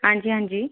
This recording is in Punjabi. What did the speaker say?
ਹਾਂਜੀ ਹਾਂਜੀ